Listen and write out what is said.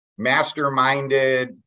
masterminded